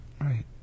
Right